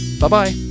Bye-bye